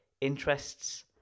interests